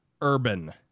urban